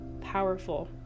powerful